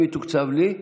אם יתוקצב לי,